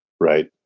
Right